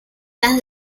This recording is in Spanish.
las